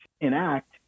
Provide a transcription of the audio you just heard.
enact